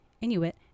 Inuit